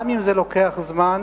גם אם זה לוקח זמן,